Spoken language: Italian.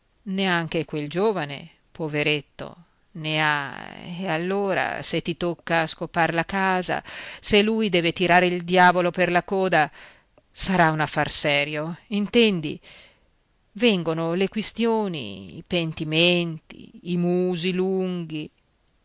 neanche quel giovane poveretto ne ha e allora se ti tocca scopar la casa se lui deve tirare il diavolo per la coda sarà un affar serio intendi vengono le quistioni i pentimenti i musi lunghi